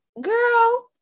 Girl